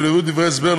בליווי דברי הסבר,